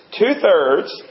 two-thirds